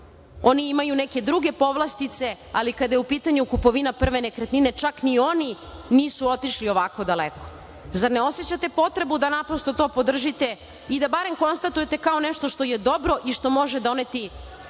Oni imaju neke druge povlastice, ali kada je u pitanju kupovina prve nekretnine, čak ni oni nisu otišli ovako daleko. Zar ne osećate potrebu da naprosto to podržite i da barem konstatujete kao nešto što je dobro i što može doneti